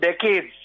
decades